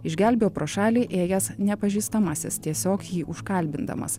išgelbėjo pro šalį ėjęs nepažįstamasis tiesiog jį užkalbindamas